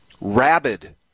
rabid